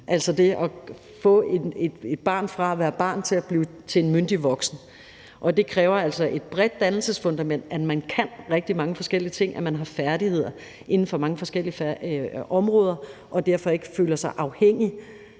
altså det at få et barn fra at være barn til at blive til en myndig voksen. Og det kræver altså et bredt dannelsesfundament, at man kan rigtig mange forskellige ting, at man har færdigheder inden for mange forskellige områder og derfor ikke føler sig afhængig.